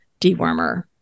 dewormer